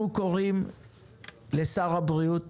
אנחנו קוראים לשר הבריאות